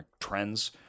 trends